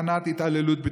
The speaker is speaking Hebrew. התורה שלנו היא